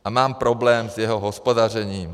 A mám problém s jeho hospodařením.